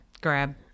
grab